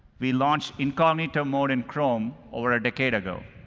we launched incognito mode in chrome over a decade ago.